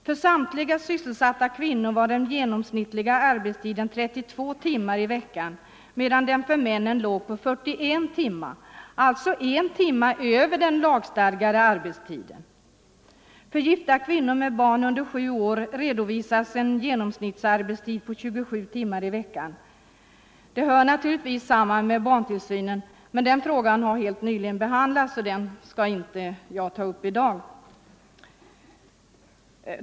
För samtliga sysselsatta kvinnor var den genomsnittliga arbetstiden 32 timmar i veckan, medan den för männen låg på 41 timmar, alltså en timme över den lagstadgade arbetstiden. För gifta kvinnor med barn under sju år redovisas en genomsnittsarbetstid på 27 timmar i veckan. Det hör naturligtvis samman med barntillsynen. Den frågan har helt nyligen behandlats, så den skall jag inte ta upp i dag.